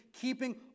keeping